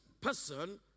person